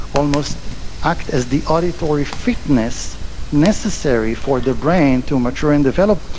almost act as the auditory fitness necessary for the brain to mature and develop.